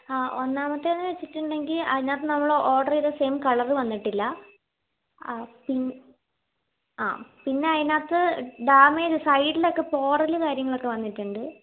ആ ഒന്നാമത്തേത് എന്നു വച്ചിട്ടുണ്ടെങ്കിൽ അതിനകത്ത് നമ്മൾ ഓർഡർ ചെയ്ത സെയിം കളറ് വന്നിട്ടില്ല ആ ആ പിന്നെ അതിനകത്ത് ഡാമേജ് സൈഡിലൊക്കെ പോറൽ കാര്യങ്ങളൊക്കെ വന്നിട്ടുണ്ട്